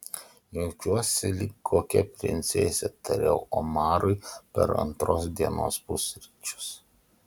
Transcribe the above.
jaučiuosi lyg kokia princesė tariau omarui per antros dienos pusryčius